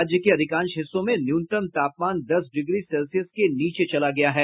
राज्य के अधिकांश हिस्सों में न्यूनतम तापमान दस डिग्री सेल्सियस के नीचे चला गया है